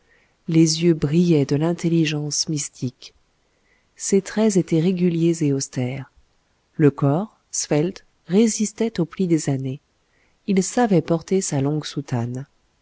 les yeux brillaient de l'intelligence mystique ses traits étaient réguliers et austères le corps svelte résistait au pli des années il savait porter sa longue soutane